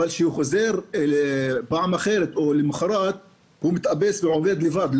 אבל כשהוא חוזר למחרת או בפעם אחרת המכשיר מתאפס ועובד לבד,